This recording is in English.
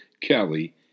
Kelly